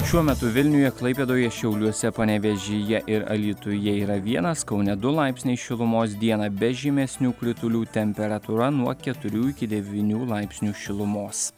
šiuo metu vilniuje klaipėdoje šiauliuose panevėžyje ir alytuje yra vienas kaune du laipsniai šilumos dieną be žymesnių kritulių temperatūra nuo keturių iki devynių laipsnių šilumos